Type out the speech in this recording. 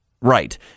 Right